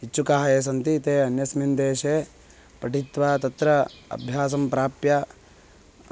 इच्छुकाः ये सन्ति ते अन्यस्मिन् देशे पठित्वा तत्र अभ्यासं प्राप्य